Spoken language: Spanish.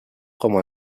como